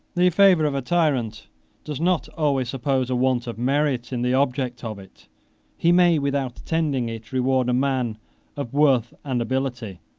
the favor of a tyrant does not always suppose a want of merit in the object of it he may, without intending it, reward a man of worth and ability,